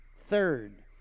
Third